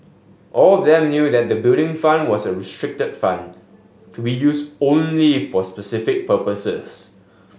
all of them knew that the Building Fund was a restricted fund to be use only for specific purposes